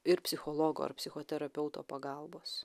ir psichologo ar psichoterapeuto pagalbos